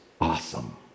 awesome